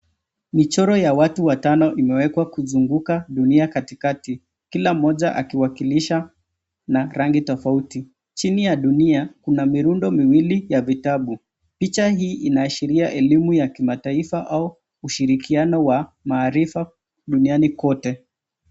MIchoro ya watu watano imewekwa kuzunguka dunia katikati, kila mmoja akiwakilisha na rangi tofauti. Chini ya dunia, kuna mirundo miwili ya vitabu. Picha hii inaashiria elimu ya kitaifa au ushirikiano wa maarifa duniani kote.